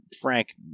Frank